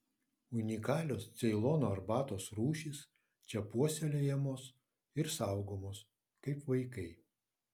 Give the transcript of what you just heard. unikalios ceilono arbatos rūšys čia puoselėjamos ir saugomos kaip vaikai